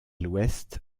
l’ouest